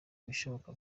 ibishoboka